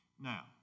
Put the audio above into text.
Now